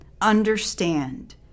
Understand